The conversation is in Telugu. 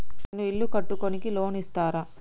నేను ఇల్లు కట్టుకోనికి లోన్ ఇస్తరా?